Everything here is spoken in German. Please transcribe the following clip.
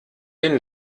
den